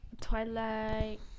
Twilight